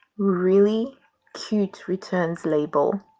really cute returns label.